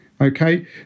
okay